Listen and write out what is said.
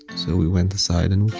so we went aside and we